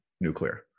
nuclear